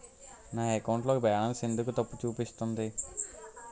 నా అకౌంట్ లో బాలన్స్ ఎందుకు తప్పు చూపిస్తుంది?